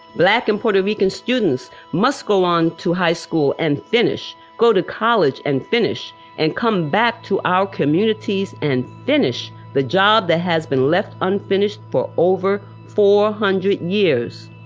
black and puerto rican students must go on to high school and finish, go to college and finish and come back to our communities and finish the job that has been left unfinished for over four hundred years.